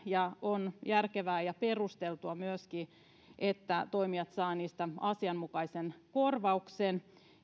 ja on järkevää ja perusteltua myöskin että toimijat saavat niistä asianmukaisen korvauksen